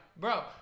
bro